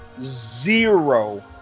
zero